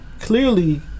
Clearly